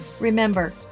remember